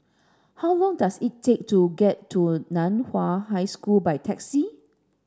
how long does it take to get to Nan Hua High School by taxi